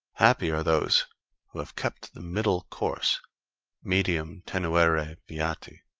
happy are those who have kept the middle course medium tenuere ah beati.